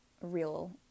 real